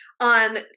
on